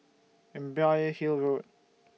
Imbiah Hill Road